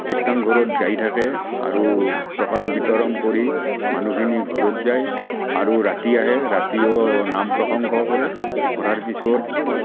কীৰ্তন ঘৰত গাই থাকে আৰু প্ৰসাদ বিতৰণ কৰি মানুহখিনি ঘৰত যায় আৰু ৰাতি আহে ৰাতিও নাম প্ৰসংগ কৰে কৰাৰ পিছত